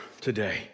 today